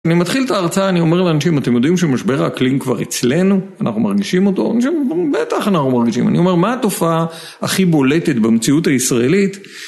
אני מתחיל את ההרצאה, אני אומר לאנשים, אתם יודעים שמשבר האקלים כבר אצלנו, אנחנו מרגישים אותו? אנשים אומרים, בטח אנחנו מרגישים. אני אומר, מה התופעה הכי בולטת במציאות הישראלית?